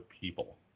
people